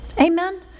Amen